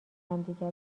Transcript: همدیگه